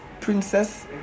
princess